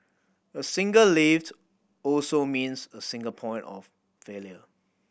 a single lift also means a single point of failure